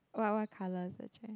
what what colour is the chair